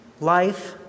life